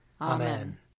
Amen